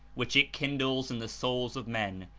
which it kindles in the souls of men,